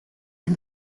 and